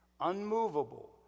unmovable